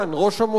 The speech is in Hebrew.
לשעבר.